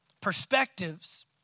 perspectives